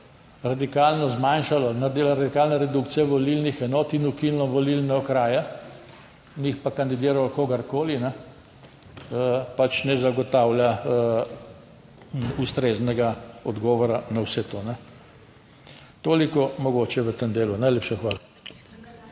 radikalno zmanjšalo, naredilo radikalne redukcije volilnih enot in ukinilo volilne okraje, njih pa kandidiralo kogarkoli pač ne zagotavlja ustreznega odgovora na vse to. Toliko mogoče v tem delu. Najlepša hvala.